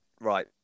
right